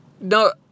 no